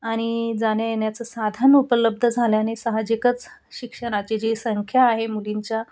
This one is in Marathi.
आणि जाण्या येण्याचं साधन उपलब्ध झाल्याने साहजिकच शिक्षणाची जी संख्या आहे मुलींच्या